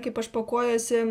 kaip aš pakuojuosi